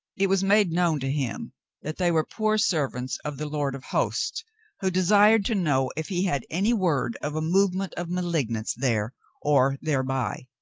it was made known to him that they were poor servants of the lord of hosts who desired to know if he had any word of a movement of malignants there or thereby.